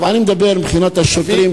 אני מדבר מבחינת השוטרים,